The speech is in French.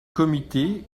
comité